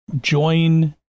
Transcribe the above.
join